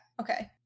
okay